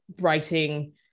writing